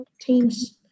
teams